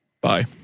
Bye